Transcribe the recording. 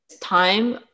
time